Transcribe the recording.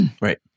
Right